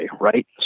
right